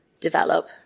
develop